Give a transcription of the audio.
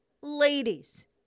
ladies